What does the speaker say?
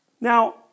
Now